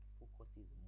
focuses